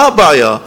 מה הבעיה?